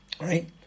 right